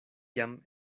jam